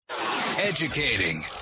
Educating